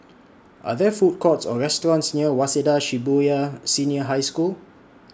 Are There Food Courts Or restaurants near Waseda Shibuya Senior High School